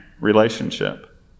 relationship